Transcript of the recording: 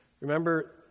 Remember